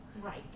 Right